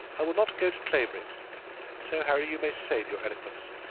i will not go to clavering so, harry, you may save your eloquence.